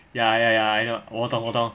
ya ya ya ya I know 我懂我懂